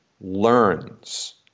learns